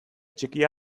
txiki